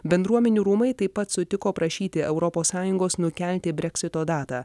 bendruomenių rūmai taip pat sutiko prašyti europos sąjungos nukelti breksito datą